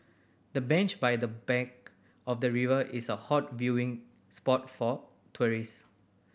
the bench by the bank of the river is a hot viewing spot for tourist